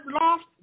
lost